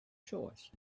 choice